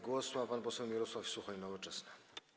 Głos ma pan poseł Mirosław Suchoń, Nowoczesna.